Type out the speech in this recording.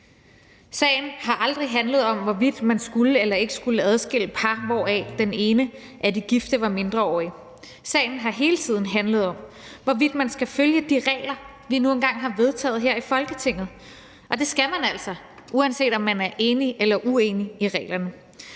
Sagen har aldrig handlet om, hvorvidt man skulle eller ikke skulle adskille par, hvor den ene af de gifte er mindreårig. Sagen har hele tiden handlet om, hvorvidt man skal følge de regler, vi nu engang har vedtaget her i Folketinget. Og det skal man altså, uanset om man er enig eller uenig i reglerne.